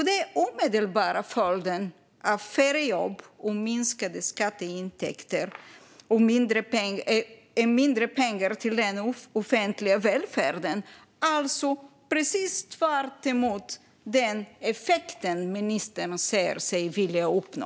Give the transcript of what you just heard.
Den omedelbara följden av färre jobb och minskade skatteintäkter är mindre pengar till den offentliga välfärden - alltså precis tvärtemot den effekt som ministern säger sig vilja uppnå.